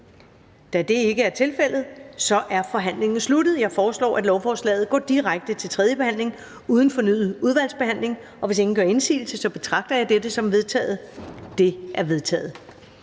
Da det ikke er tilfældet, er forhandlingen sluttet. Jeg foreslår, at lovforslaget går direkte til tredje behandling uden fornyet udvalgsbehandling. Hvis ingen gør indsigelse, betragter jeg dette som vedtaget. Det er vedtaget.